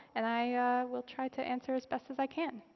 and i will try to answer as best as i can.